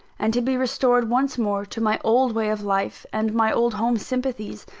and to be restored once more to my old way of life and my old home-sympathies.